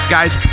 Guys